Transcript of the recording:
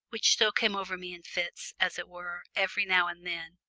which still came over me in fits, as it were, every now and then,